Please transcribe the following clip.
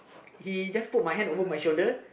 he just put my hand over my shoulder